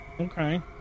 Okay